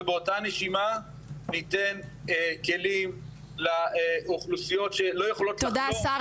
ובאותה נשימה ניתן כלים לאוכלוסיות שלא יכולות --- תודה השר,